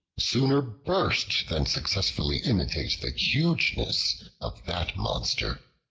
sooner burst than successfully imitate the hugeness of that monster.